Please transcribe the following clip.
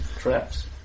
traps